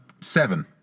Seven